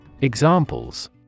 Examples